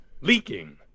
leaking